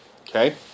Okay